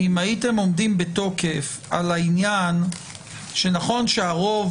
אם הייתם עומדים בתוקף על העניין שנכון שהרוב